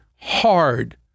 hard